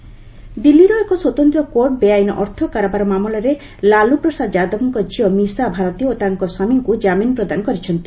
court Misa ଦିଲ୍ଲୀର ଏକ ସ୍ୱତନ୍ତ୍ର କୋର୍ଟ ବେଆଇନ୍ ଅର୍ଥ କାରବାର ମାମଲାରେ ଲାଲ୍ ପ୍ରସାଦ ଯାଦବଙ୍କ ଝିଅ ମିଶା ଭାରତୀ ଓ ତାଙ୍କ ସ୍ୱାମୀଙ୍କ ଜାମିନ ପ୍ରଦାନ କରିଛନ୍ତି